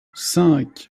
cinq